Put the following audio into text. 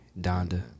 Donda